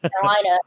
Carolina